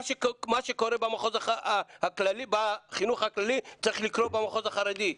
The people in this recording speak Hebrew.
מה שקורה בחינוך הכללי צריך לקרות במחוז החרדי.